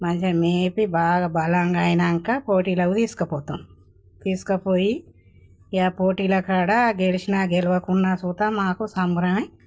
మంచిగా మేపీ బాగ బలంగా అయినాక పోటీలకు తీసుకుపోతాం తీసుకపోయి ఇక పోటీల కాడ గెలిచినా గెలవకున్నా చూస్తాం మాకు సంబరమే